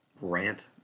rant